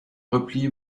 repli